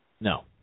No